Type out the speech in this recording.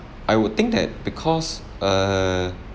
I would think that because err